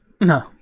No